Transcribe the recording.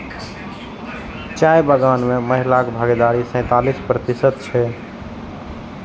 चाय बगान मे महिलाक भागीदारी सैंतालिस प्रतिशत छै